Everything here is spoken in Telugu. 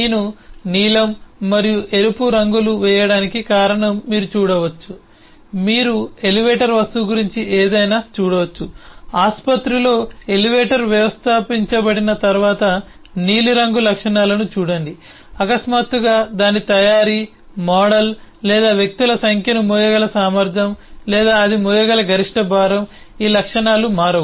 నేను నీలం మరియు ఎరుపు రంగులు వేయడానికి కారణం మీరు చూడవచ్చు మీరు ఎలివేటర్ వస్తువు గురించి ఏదైనా చూడవచ్చు ఆసుపత్రిలో ఎలివేటర్ వ్యవస్థాపించబడిన తర్వాత నీలిరంగు లక్షణాలను చూడండి అకస్మాత్తుగా దాని తయారీ మోడల్ లేదా వ్యక్తుల సంఖ్యను మోయగల సామర్థ్యం లేదా అది మోయగల గరిష్ట భారం ఈ లక్షణాలు మారవు